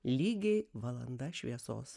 lygiai valanda šviesos